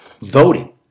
Voting